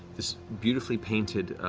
this beautifully painted